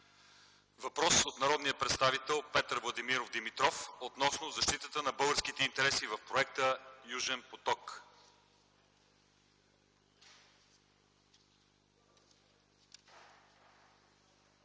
Въпрос от народния представител Петър Владимиров Димитров относно защитата на българските интереси в проекта „Южен поток”.